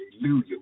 hallelujah